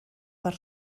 per